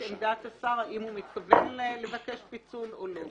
את עמדת השר, אם הוא מתכוון לבקש פיצול או לא.